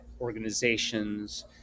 organizations